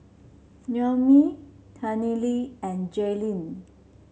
Noemi Tennille and Jaylyn